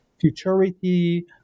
futurity